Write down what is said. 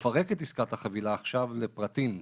לפרק את עסקת החבילה עכשיו לפרטים,